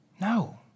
No